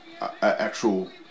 actual